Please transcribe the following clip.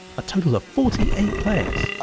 a total of forty eight players!